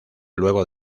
luego